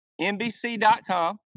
NBC.com